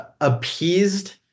appeased